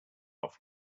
off